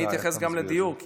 אתייחס גם לדיור.